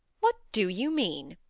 what do you mean?